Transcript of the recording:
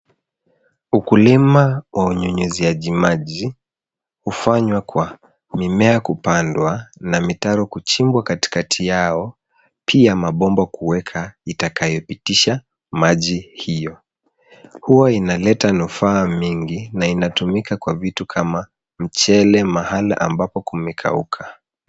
Ukulima wa unyunyuziaji maji hufanywa kwa mimea kupandwa na mitaro kuchimbwa katikati yao pia mabomba kueka itakayopitisha maji hio hua inaleta nufaa mingi na inatumika kwa vitu kama mchele mahala ambapo pamekauka.